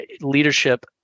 leadership